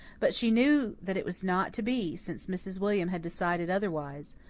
but she knew that it was not to be, since mrs. william had decided otherwise.